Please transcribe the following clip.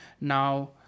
Now